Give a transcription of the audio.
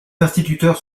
instituteurs